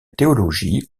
théologie